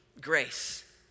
grace